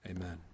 Amen